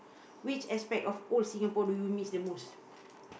which aspect of old Singapore do you miss the most